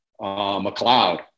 McLeod